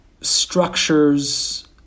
structures